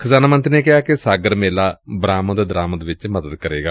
ਖਜ਼ਾਨਾ ਮੰਤਰੀ ਨੇ ਕਿਹਾ ਕਿ ਸਾਗਰ ਮੇਲਾ ਬਰਾਮਦ ਦਰਾਮਦ ਵਿਚ ਮਦਦ ਕਰੇਗਾ